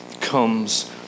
comes